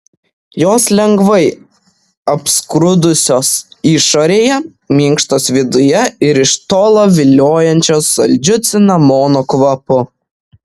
jos lengvai apskrudusios išorėje minkštos viduje ir iš tolo viliojančios saldžiu cinamono kvapu